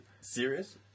serious